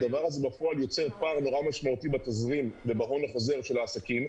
הדבר הזה בפועל יוצר פער מאוד משמעותי בתזרים ובהון החוזר של העסקים.